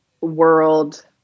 world